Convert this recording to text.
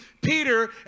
Peter